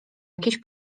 jakiś